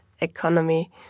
economy